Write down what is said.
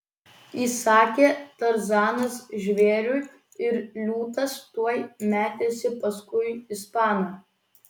įsakė tarzanas žvėriui ir liūtas tuoj metėsi paskui ispaną